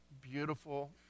beautiful